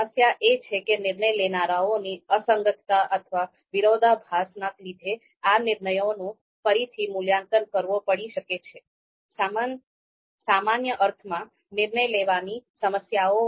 સમસ્યા એ છે કે નિર્ણય લેનારાઓની અસંગતતા અથવા વિરોધાભાસ ના લીધે એ નિર્ણયોનો ફરીથી મૂલ્યાંકન કરવો પડી શકે છે